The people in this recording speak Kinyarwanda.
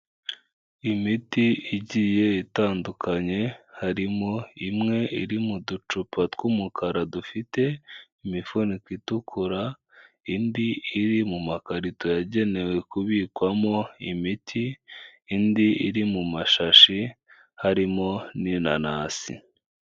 Imiti igiye itandukanye, harimo imwe iri mu ducupa tw'umukara dufite imifunika itukura. Indi iri mu makarito yagenewe kubikwamo imiti. Indi iri mu mashashi harimo n'inanasi.